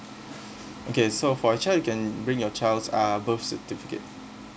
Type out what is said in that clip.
okay so for your child you can bring your child's uh birth certificate